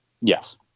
Yes